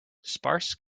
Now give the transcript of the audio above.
sparse